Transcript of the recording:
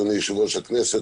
אדוני יושב-ראש הכנסת,